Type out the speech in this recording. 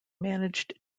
managed